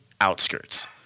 outskirts